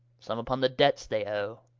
some vpon the debts they owe,